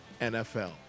NFL